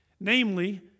namely